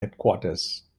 headquarters